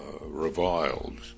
reviled